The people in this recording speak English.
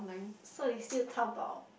so it's still Taobao